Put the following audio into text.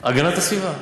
הפנים והגנת הסביבה.